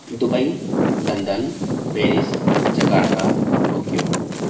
Dubai London Paris Jakarta Tokyo